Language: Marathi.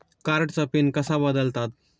कार्डचा पिन कसा बदलतात?